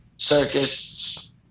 circus